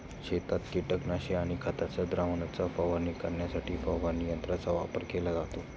शेतात कीटकनाशके आणि खतांच्या द्रावणाची फवारणी करण्यासाठी फवारणी यंत्रांचा वापर केला जातो